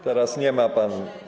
Teraz nie ma pan.